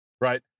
right